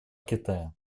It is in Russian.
китая